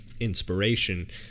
inspiration